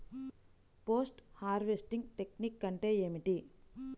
Post harvesting technique అంటే ఏమిటీ?